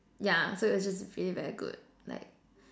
yeah so it was just really very good like